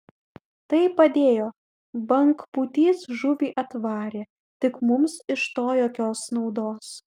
tai padėjo bangpūtys žuvį atvarė tik mums iš to jokios naudos